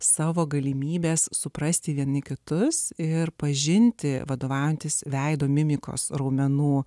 savo galimybes suprasti vieni kitus ir pažinti vadovaujantis veido mimikos raumenų